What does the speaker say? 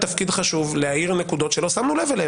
מישהו חולק על זה שאין הלכה בזה?